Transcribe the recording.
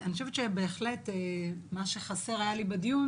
אני חושבת שבהחלט מה שחסר היה לי בדיון